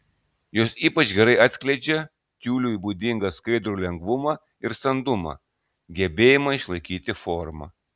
jos ypač gerai atskleidžia tiuliui būdingą skaidrų lengvumą ir standumą gebėjimą išlaikyti formą